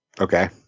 Okay